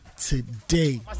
today